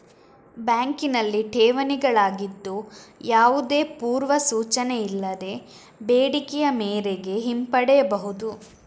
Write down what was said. ಬ್ಯಾಂಕಿನಲ್ಲಿ ಠೇವಣಿಗಳಾಗಿದ್ದು, ಯಾವುದೇ ಪೂರ್ವ ಸೂಚನೆ ಇಲ್ಲದೆ ಬೇಡಿಕೆಯ ಮೇರೆಗೆ ಹಿಂಪಡೆಯಬಹುದು